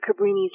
Cabrini's